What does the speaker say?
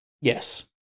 Yes